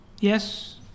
Yes